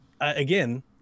again